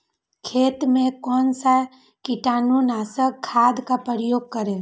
खेत में कौन से कीटाणु नाशक खाद का प्रयोग करें?